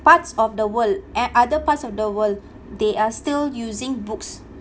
parts of the world and other parts of the world they are still using books